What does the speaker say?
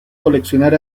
coleccionar